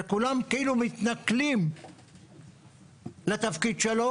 שכולם כאילו מתנכלים לתפקיד שלו